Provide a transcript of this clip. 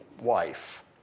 wife